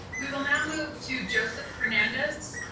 we will now move to joseph hernandez.